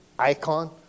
Icon